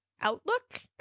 outlook